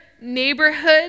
neighborhood